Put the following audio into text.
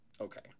okay